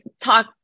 talk